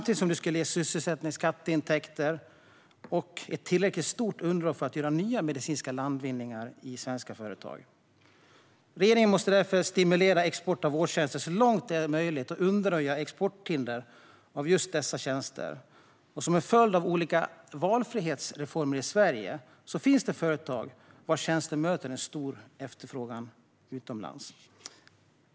Det skulle samtidigt ge sysselsättning, skatteintäkter och ett tillräckligt stort underlag för att göra nya medicinska landvinningar i svenska företag. Regeringen måste därför stimulera export av vårdtjänster så mycket som möjligt och undanröja exporthinder för just dessa tjänster. Som en följd av olika valfrihetsreformer i Sverige finns det företag vars tjänster möter en stor efterfrågan utomlands.